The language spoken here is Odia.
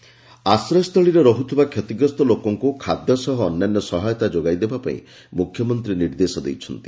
ବନ୍ନ୍ୟା ଆଶ୍ରୟସ୍ଥଳୀରେ ରହୁଥିବା ଷତିଗ୍ରସ୍ତ ଲୋକଙ୍କୁ ଖାଦ୍ୟ ସହ ଅନ୍ୟାନ୍ୟ ସହାୟତା ଯୋଗାଇ ଦେବାପାଇଁ ମୁଖ୍ୟମନ୍ତୀ ନିର୍ଦ୍ଦେଶ ଦେଇଛନ୍ତି